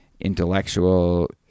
intellectual